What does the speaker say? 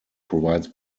provides